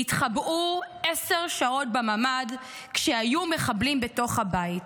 התחבאו עשר שעות בממ"ד כשהיו מחבלים בתוך הבית,